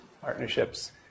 partnerships